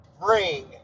bring